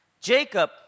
Jacob